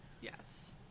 Yes